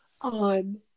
on